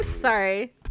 Sorry